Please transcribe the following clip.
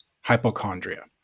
hypochondria